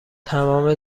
تمام